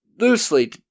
loosely